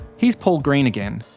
here's paul green again.